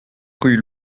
rue